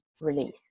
release